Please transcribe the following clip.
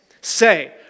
say